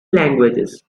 languages